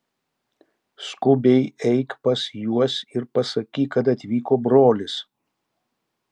skubiai eik pas juos ir pasakyk kad atvyko brolis